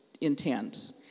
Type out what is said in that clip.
intense